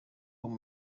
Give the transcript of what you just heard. uwo